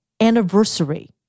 anniversary